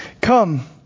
Come